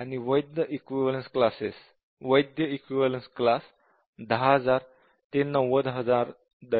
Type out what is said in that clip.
आणि वैध equivalence class 10000 ते 90000 दरम्यान